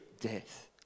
death